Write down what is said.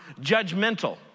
judgmental